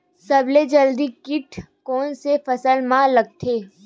सबले जल्दी कीट कोन से फसल मा लगथे?